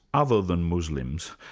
other than muslims,